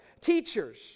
Teachers